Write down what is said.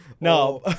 No